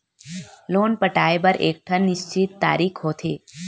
loan पटाए बर एकठन निस्चित तारीख होथे